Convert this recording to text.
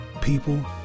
people